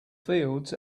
fields